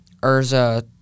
Urza